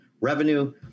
revenue